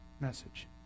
message